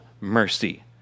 mercy